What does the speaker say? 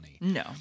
No